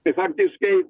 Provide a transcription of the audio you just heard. tai faktiškai